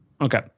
Okay